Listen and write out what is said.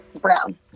Brown